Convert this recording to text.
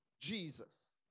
Jesus